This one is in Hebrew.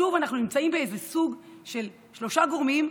שוב אנחנו נמצאים באיזה סוג של שלושה גורמים,